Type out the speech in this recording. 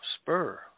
Spur